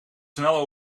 snel